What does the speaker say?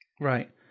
Right